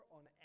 on